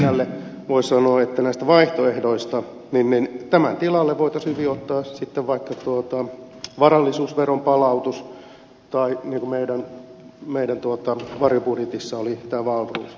ja edustaja kärnälle voi sanoa näistä vaihtoehdoista että tämän tilalle voitaisiin hyvin ottaa sitten vaikka varallisuusveron palautus tai niin kuin meidän varjobudjetissamme tämä wahlroos vero